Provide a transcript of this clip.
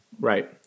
Right